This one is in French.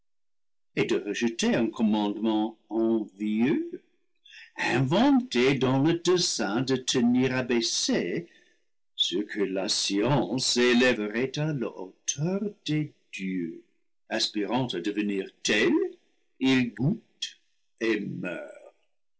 de rejeter un commandement envieux inventé dans le dessein de tenir abaissés ceux que la science élèverait à la hauteur des dieux aspirant à devenir tels ils goûtent et